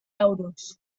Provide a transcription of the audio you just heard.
euros